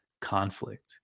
conflict